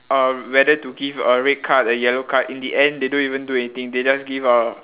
uh whether to give a red card a yellow card in the end they don't even do anything they just give a